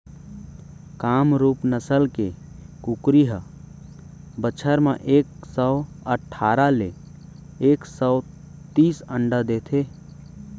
कामरूप नसल के कुकरी ह बछर म एक सौ अठारा ले एक सौ तीस अंडा देथे